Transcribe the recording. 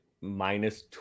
minus